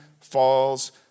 falls